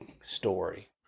story